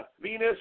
Venus